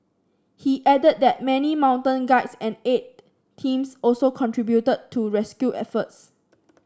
he added that many mountain guides and aid teams also contributed to rescue efforts